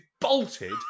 bolted